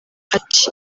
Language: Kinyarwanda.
ati